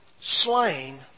slain